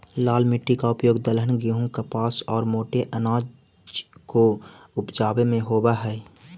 लाल मिट्टी का उपयोग दलहन, गेहूं, कपास और मोटे अनाज को उपजावे में होवअ हई